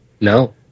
No